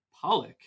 Pollock